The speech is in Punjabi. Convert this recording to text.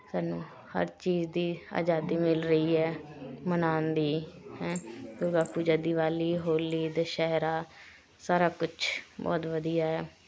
ਸਾਨੂੰ ਹਰ ਚੀਜ਼ ਦੀ ਆਜ਼ਾਦੀ ਮਿਲ ਰਹੀ ਹੈ ਮਨਾਉਣ ਦੀ ਹੈ ਪੂਜਾ ਦੀਵਾਲੀ ਹੋਲੀ ਦੁਸਹਿਰਾ ਸਾਰਾ ਕੁਛ ਬਹੁਤ ਵਧੀਆ ਹੈ